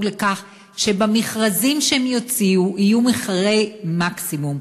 לכך שבמכרזים שהם יוציאו יהיו מחירי מקסימום.